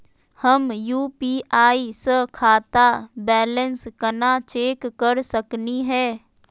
हम यू.पी.आई स खाता बैलेंस कना चेक कर सकनी हे?